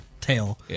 tail